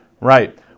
Right